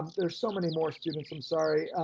there are so many more students i'm sorry,